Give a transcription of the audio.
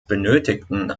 benötigten